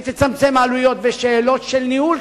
היא תצמצם עלויות בשאלות של ניהול,